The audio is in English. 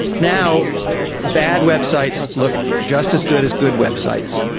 now bad websites look just as good as good websites.